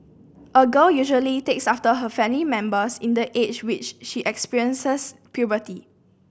a girl usually takes after her family members in the age which she experiences puberty